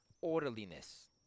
orderliness